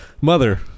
Mother